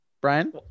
Brian